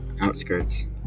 outskirts